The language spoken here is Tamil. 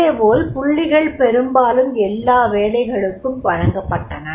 இதேபோல் புள்ளிகள் பெரும்பாலும் எல்லா வேலைகளுக்கும் வழங்கப்பட்டன